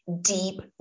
deep